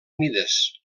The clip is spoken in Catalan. mides